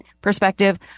perspective